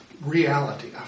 reality